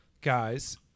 guys